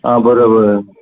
आं बरोबर